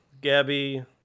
Gabby